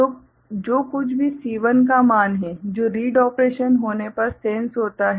तो जो कुछ भी C1 का मान है जो रीड ऑपरेशन होने पर सेंस होता है